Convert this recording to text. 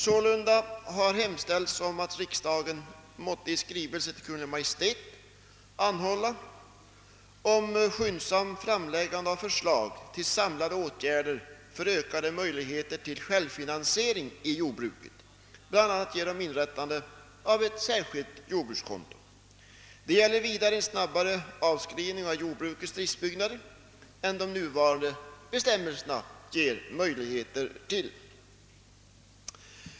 Sålunda har i centerpartimotioner hemställts att riksdagen måtte i skrivelse till Kungl. Maj:t anhålla om att förslag skyndsamt framlägges till samlade åtgärder för ökade möjligheter till självfinansiering i jordbruket, bl.a. genom inrättande av ett särskilt jordbrukskonto samt snabbare avskrivning av jordbrukets driftbyggnader än nuvarande bestämmelser ger möjlighet till.